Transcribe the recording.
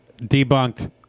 debunked